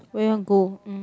where you want go um